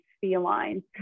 felines